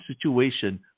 situation